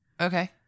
Okay